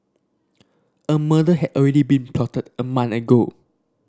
a murder had already been plotted a month ago